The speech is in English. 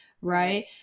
right